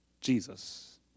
Jesus